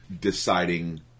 deciding